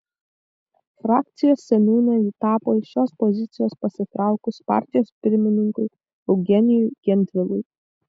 frakcijos seniūne ji tapo iš šios pozicijos pasitraukus partijos pirmininkui eugenijui gentvilui